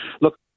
Look